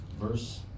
Verse